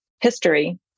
history